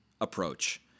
approach